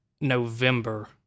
November